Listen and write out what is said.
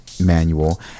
manual